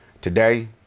Today